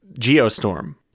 geostorm